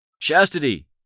Chastity